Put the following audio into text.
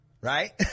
right